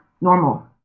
normal